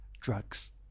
drugs